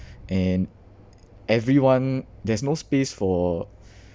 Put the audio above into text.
and everyone there's no space for